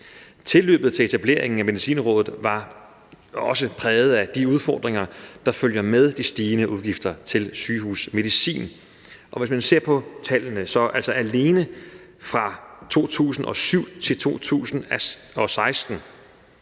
Tilløbet til etableringen af Medicinrådet var også præget af de udfordringer, der følger med de stigende udgifter til sygehusmedicin. Hvis man ser på tallene, så er udgifterne til